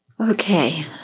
Okay